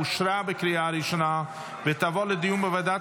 אושרה בקריאה ראשונה ותעבור לדיון בוועדת